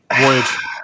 Voyage